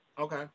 Okay